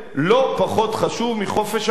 לא פחות חשוב מחופש הביטוי.